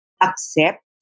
accept